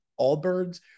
Allbirds